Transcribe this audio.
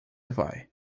vai